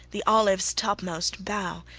the olive's topmost bough,